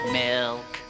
milk